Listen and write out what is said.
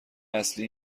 اصلی